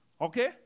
Okay